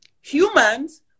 Humans